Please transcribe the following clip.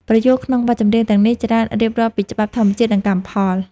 ប្រយោគក្នុងបទចម្រៀងទាំងនេះ ច្រើនរៀបរាប់ពីច្បាប់ធម្មជាតិ និងកម្មផល។